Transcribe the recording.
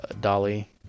Dolly